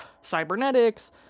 cybernetics